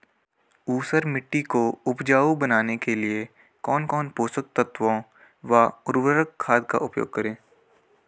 ऊसर मिट्टी को उपजाऊ बनाने के लिए कौन कौन पोषक तत्वों व उर्वरक खाद का उपयोग करेंगे?